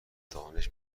دانش